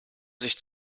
sich